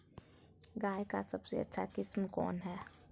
गाय का सबसे अच्छा किस्म कौन हैं?